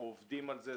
אנחנו עובדים על זה,